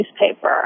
newspaper